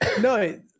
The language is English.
No